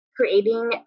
creating